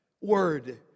Word